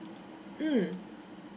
mm